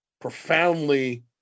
profoundly